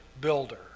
builder